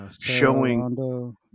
showing